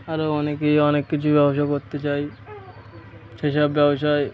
আরও অনেকেই অনেক কিছুর ব্যবসা করতে চায় সেসব ব্যবসায়